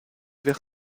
vers